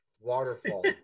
Waterfall